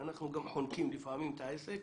אנחנו גם חונקים לפעמים את העסק